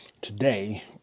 Today